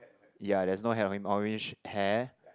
ya there's no hat on him orange hair